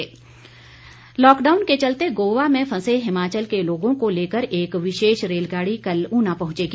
रेलगाड़ी लॉकडाउन के चलते गोवा में फंसे हिमाचल के लोगों को लेकर एक विशेष रेलगाड़ी कल ऊना पहुंचेगी